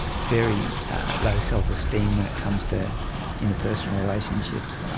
very low self-esteem when it comes to interpersonal relationships.